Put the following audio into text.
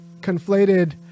conflated